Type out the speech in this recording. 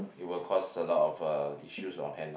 it will cause a lot of uh issues on hand ah